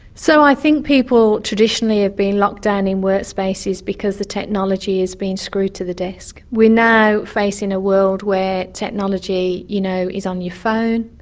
so i think people traditionally have been locked down in workspaces because the technology has been screwed to the desk. we're now facing a world where technology you know is on your phone,